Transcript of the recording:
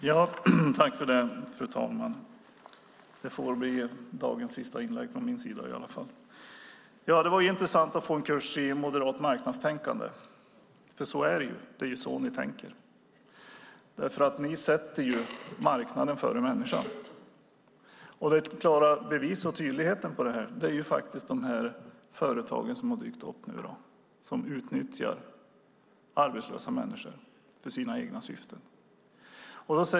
Fru talman! Detta får bli dagens sista inlägg från min sida. Det var intressant att få en kurs i moderat marknadstänkande, för så är det ni tänker. Ni sätter marknaden före människan. De klara bevis som tydligt visar det är de företag som har dykt upp som utnyttjar människor för egna syften.